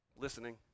listening